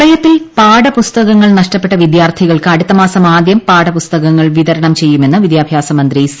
പ്രളയത്തിൽ നഷ്ടപ്പെട്ട പാഠപുസ്തകങ്ങൾ വിദ്യാർത്ഥികൾക്ക് അടുത്തമാസം ആദ്യം പാഠപുസ്തകങ്ങൾ വിതരണം ചെയ്യുമെന്ന് വിദ്യാഭ്യാസ മന്ത്രി സി